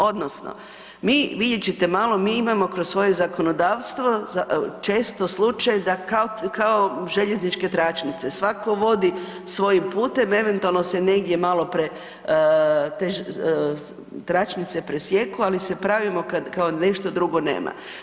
Odnosno mi, vidjet ćete malo, mi imamo kroz svoje zakonodavstvo često slučaj da kao željezničke tračnice, svatko vodi svojim putem, eventualno se negdje malo te tračnice presijeku, ali se pravimo kad, kao da nešto drugo nema.